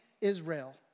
Israel